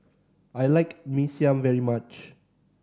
I like Mee Siam very much